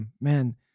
man